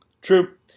True